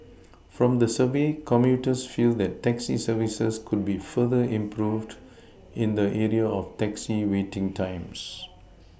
from the survey commuters feel that taxi services could be further improved in the area of taxi waiting times